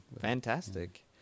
fantastic